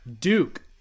Duke